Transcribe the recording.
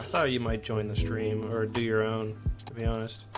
thought you might join the stream or do your own be honest.